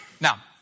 Now